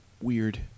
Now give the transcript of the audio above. Weird